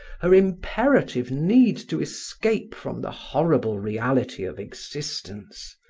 her imperative need to escape from the horrible reality of existence,